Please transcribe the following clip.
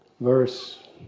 verse